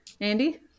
Andy